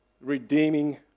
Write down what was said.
redeeming